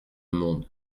monde